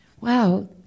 wow